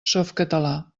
softcatalà